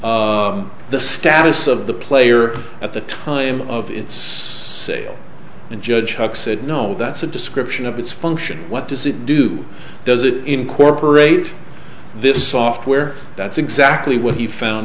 the status of the player at the time of its sale and judge chuck said no that's a description of its function what does it do does it incorporate this software that's exactly what he found